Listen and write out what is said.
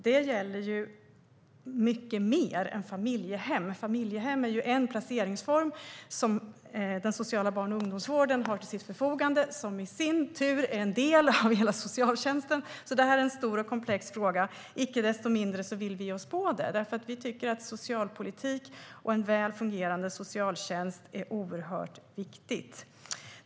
Detta gäller mycket mer än familjehem. Familjehem är en placeringsform som den sociala barn och ungdomsvården har till sitt förfogande. Den sociala barn och ungdomsvården är i sin tur en del av hela socialtjänsten, så det här är en stor och komplex fråga. Icke desto mindre vill vi ge oss i kast med den eftersom vi tycker att socialpolitik och en väl fungerande socialtjänst är något oerhört viktigt.